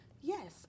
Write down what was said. Yes